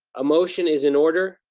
a motion is in order.